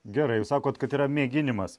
gerai jūs sakot kad yra mėginimas